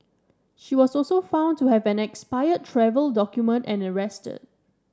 she was also found to have an expired travel document and arrested